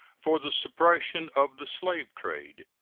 for the suppression of the slave trade.